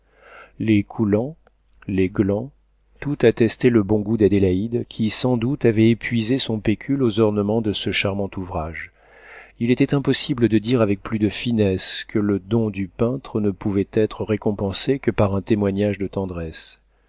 les coulants les glands tout attestait le bon goût d'adélaïde qui sans doute avait épuisé son pécule aux ornements de ce charmant ouvrage il était impossible de dire avec plus de finesse que le don du peintre ne pouvait être récompensé que par un témoignage de tendresse